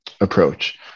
approach